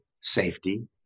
safety